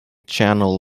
channel